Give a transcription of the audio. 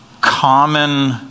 common